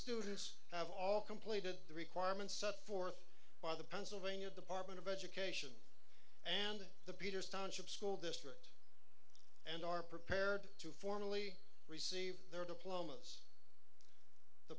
students have all completed the requirements set forth by the pennsylvania department of education and the peters township school district and are prepared to formally receive their diplomas the